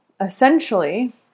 essentially